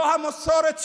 לא המסורת שלנו,